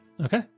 okay